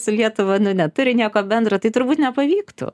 su lietuva nu neturi nieko bendro tai turbūt nepavyktų